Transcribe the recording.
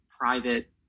private